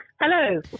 Hello